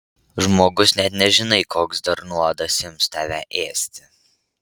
žmogus net nežinai koks dar nuodas ims tave ėsti